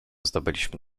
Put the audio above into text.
zdobyliśmy